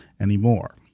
anymore